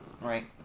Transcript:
Right